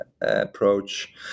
approach